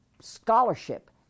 scholarship